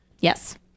Yes